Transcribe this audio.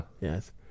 Yes